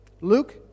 Luke